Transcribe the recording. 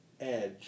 edge